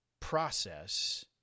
Process